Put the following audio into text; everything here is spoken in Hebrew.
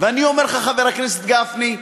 ואני אומר לך, חבר הכנסת גפני,